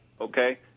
Okay